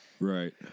Right